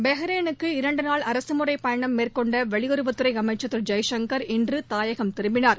பக்ரைனுக்கு இரண்டு நாள் அரசுமுறைப் பயணம் மேற்கொண்ட வெளியுறவுத்துறை அமைச்சா் திரு ஜெய்சங்கர் இன்று தாயகம் திரும்பினார்